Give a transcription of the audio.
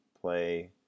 play